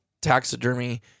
taxidermy